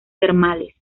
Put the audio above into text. termales